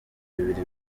bibiri